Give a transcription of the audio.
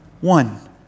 One